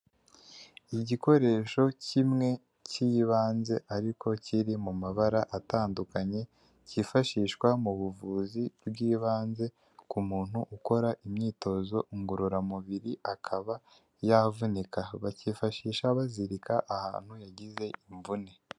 Igikoresho kimwe k'ibanze ariko kiri mu mabara atandukanye kifashishwa mu buvuzi bw'ibanze ku muntu ukora imyitozo ngororamubiri akaba yavunika, bakifashisha bazirika ahantu yagize imvune.